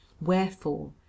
wherefore